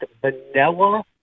vanilla